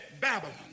Babylon